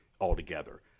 altogether